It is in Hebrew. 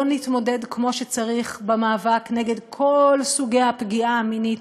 לא נתמודד כמו שצריך במאבק נגד כל סוגי הפגיעה המינית,